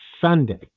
Sunday